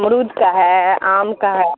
امرود کا ہے آم کا ہے